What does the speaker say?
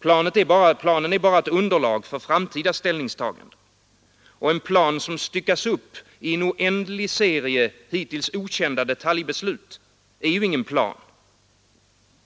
Planen är ett underlag för framtida ställningstaganden, och en plan som styckats upp i en oändlig serie hittills okända detaljbeslut är ju ingen plan,